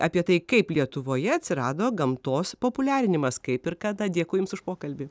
apie tai kaip lietuvoje atsirado gamtos populiarinimas kaip ir kada dėkui jums už pokalbį